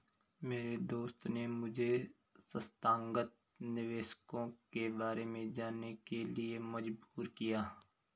मेरे दोस्त ने मुझे संस्थागत निवेशकों के बारे में जानने के लिए मजबूर किया